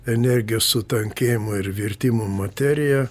energijos sutankėjimo ir virtimu materija